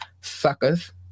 suckers